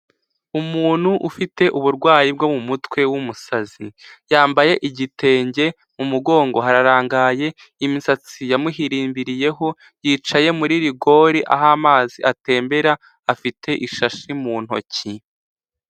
Umuntu ufite uburwayi bwo mu mutwe w'umusazi, yambaye igitenge mu mugongo hararangaye imisatsi yamuhirimbiriyeho yicaye muri rigori aho amazi atembera afite ishashi mu ntoki.